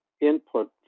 input